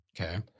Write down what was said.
Okay